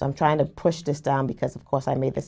i'm trying to push this down because of course i made th